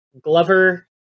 Glover